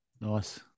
Nice